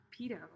pedo